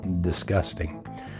disgusting